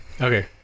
Okay